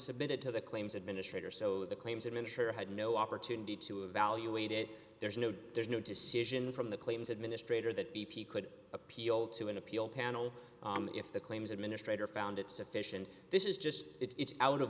submitted to the claims administrator so the claims of insurer had no opportunity to evaluate it there's no there's no decision from the claims administrator that b p could appeal to an appeal panel if the claims administrator found it sufficient this is just it's out